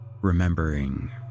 remembering